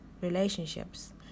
relationships